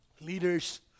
Leaders